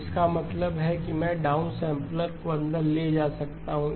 तो इसका मतलब है कि मैं डाउनसैंपलर को अंदर ले जा सकता हूं